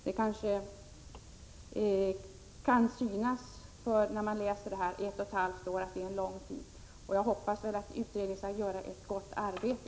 När man läser direktiven kan man kanske också tycka att ett och ett halvt år är en lång tid. Jag hoppas dock att utredningen skall göra ett gott arbete.